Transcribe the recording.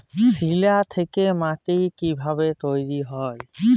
শিলা থেকে মাটি কিভাবে তৈরী হয়?